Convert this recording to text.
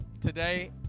Today